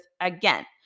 again